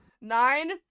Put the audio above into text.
Nine